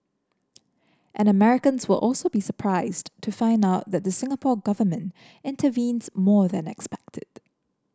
and Americans will also be surprised to find out that the Singapore Government intervenes more than expected